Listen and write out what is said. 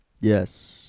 Yes